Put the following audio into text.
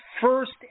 first